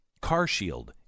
CarShield